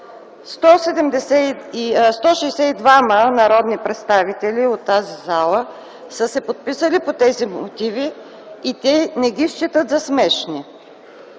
народни представители от тази зала са се подписали под тези мотиви и те не ги считат за смешни.